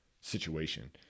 situation